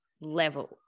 level